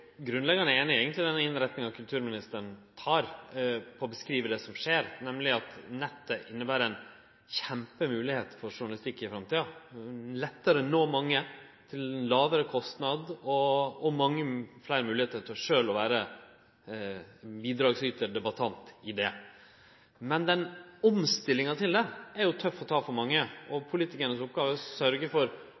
grunnleggjande einig i den retninga kulturministeren tar for å beskrive det som skjer, nemleg at nettet inneber ei kjempemoglegheit for journalistikk i framtida. Det vert lettare å nå mange til ein lågare kostnad, og det vert mange fleire moglegheiter til sjølv å vere bidragsytar, vere debattant. Men omstillinga er tøff å ta for mange. Oppgåva til politikarane er å sørgje for